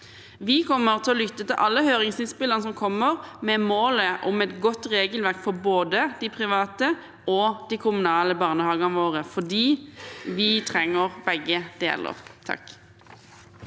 Vi kommer til å lytte til alle høringsinnspillene som kommer, med et mål om et godt regelverk for både de private og de kommunale barnehagene våre fordi vi trenger begge deler.